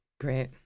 Great